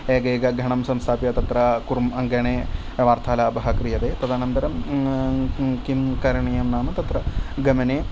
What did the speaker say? एकैकगणं संस्थाप्य तत्र कुर्म् अङ्गणे वार्तालापः क्रियते तदनन्तरं किं करणीयं नाम तत्र गमने